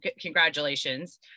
congratulations